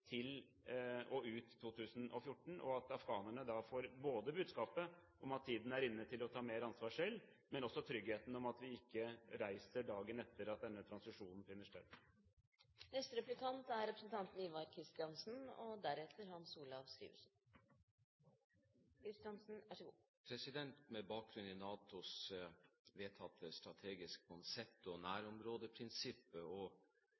ut 2014, og at afghanerne både får budskapet om at tiden er inne til å ta mer ansvar selv, og får tryggheten for at vi ikke reiser dagen etter at denne transisjonen finner sted. Med bakgrunn i NATOs vedtatte strategiske konsept, nærområdeprinsippet og forsvarsministerens klare redegjørelse her er det en risiko for at Norge blir stående alene om å utøve nærområdeovervåking og